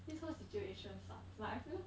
this whole situation sucks like I feel